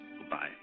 Goodbye